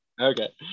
Okay